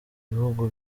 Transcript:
bihugu